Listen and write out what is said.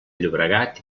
llobregat